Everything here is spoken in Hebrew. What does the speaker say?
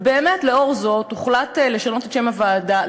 ובאמת לאור זאת הוחלט לשנות את שם הוועדה,